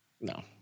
No